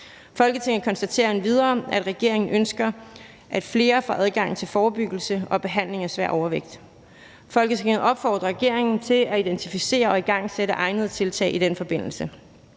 Folketinget konstaterer endvidere, at regeringen ønsker, at flere får adgang til forebyggelse og behandling af svær overvægt. Folketinget opfordrer regeringen til at identificere og igangsætte egnede tiltag i den forbindelse.